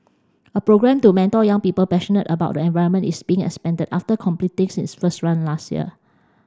a programme to mentor young people passionate about the environment is being expanded after completing its first run last year